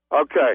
Okay